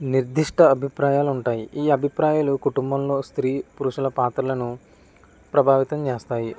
నిర్దిష్ట అభిప్రాయాలు ఉంటాయి ఈ అభిప్రాయాలు కుటుంబంలో స్త్రీ పురుషుల పాత్రలను ప్రభావితం చేస్తాయి